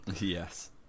Yes